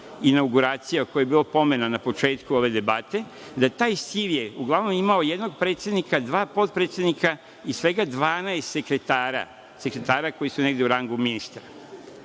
inauguracija o kojoj je bilo pomena na početku ove debate, da je taj SIV uglavnom imao jednog predsednika, dva potpredsednika i svega 12 sekretara koji su negde u rangu ministra.